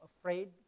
afraid